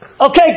okay